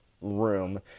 room